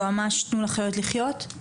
יועמ"ש תנו לחיות לחיות.